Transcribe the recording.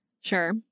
Sure